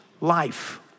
life